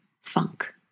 funk